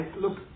look